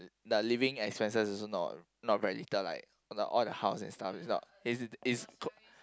the living expenses also not not very little like you know all the house and stuff it's not is is q~